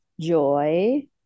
joy